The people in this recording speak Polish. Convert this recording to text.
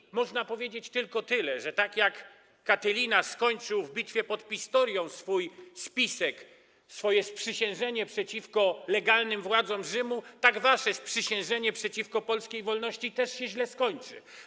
I można powiedzieć tylko tyle, że tak jak Katylina skończył w bitwie pod Pistorią swój spisek, swoje sprzysiężenie przeciwko legalnym władzom Rzymu, tak wasze sprzysiężenie przeciwko polskiej wolności też się źle skończy.